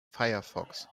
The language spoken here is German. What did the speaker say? firefox